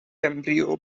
embryo